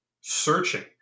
searching